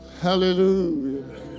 Hallelujah